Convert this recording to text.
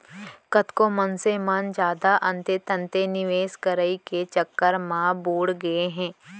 कतको मनसे मन जादा अंते तंते निवेस करई के चक्कर म बुड़ गए हे